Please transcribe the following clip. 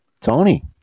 Tony